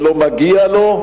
שלא מגיע לו,